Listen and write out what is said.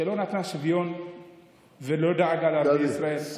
שלא נתנה שוויון ולא דאגה לערביי ישראל.